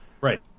Right